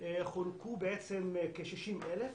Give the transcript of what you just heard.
חולקו בעצם כ-60,000,